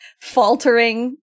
faltering